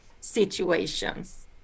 situations